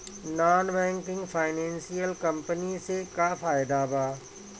Non banking financial company से का फायदा बा?